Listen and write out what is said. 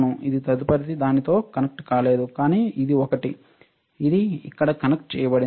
అవును ఇది తదుపరిది దానితో కనెక్ట్ కాలేదు కానీ ఇది ఒకటి ఇది ఇక్కడ కనెక్ట్ చేయబడింది